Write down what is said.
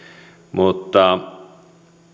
mutta